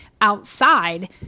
outside